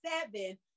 seven